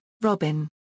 Robin